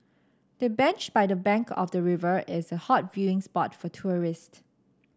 the bench by the bank of the river is a hot viewing spot for tourists